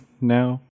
now